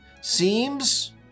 seems